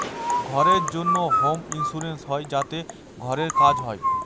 ঘরের জন্য home insurance হয় যাতে ঘরের কাজ হয়